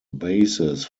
bases